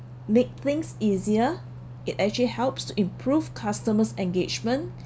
make things easier it actually helps to improve customers' engagement